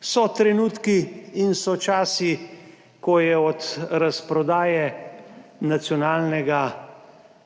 So trenutki in so časi, ko je od razprodaje nacionalnega